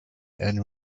and